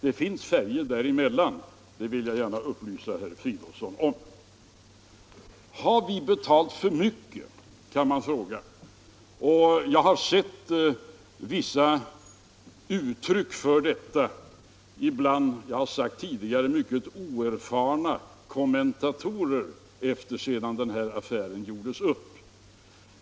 Det finns färger däremellan, det vill jag gärna upplysa herr Fridolfsson om. Har vi betalat för mycket, kan man fråga. Jag har sett vissa uttryck för detta bland, det har jag sagt tidigare, mycket oerfarna kommentatorer sedan den här affären gjordes upp.